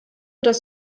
das